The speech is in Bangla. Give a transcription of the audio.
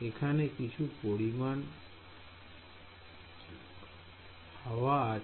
এখানে কিছু পরিমান হাওয়া আছে